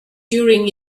during